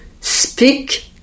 speak